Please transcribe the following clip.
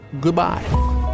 goodbye